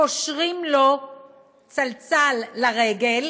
קושרים לו צלצל לרגל